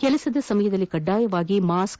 ಕೆಲಸದ ಸಮಯದಲ್ಲಿ ಕಡ್ಡಾಯವಾಗಿ ಮಾಸ್ಕ್